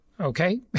okay